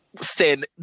Sin